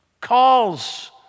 calls